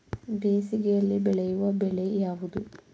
ಬೇಸಿಗೆಯಲ್ಲಿ ಬೆಳೆಯುವ ಬೆಳೆ ಯಾವುದು?